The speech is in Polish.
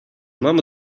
mam